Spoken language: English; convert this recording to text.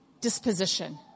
disposition